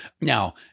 Now